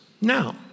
Now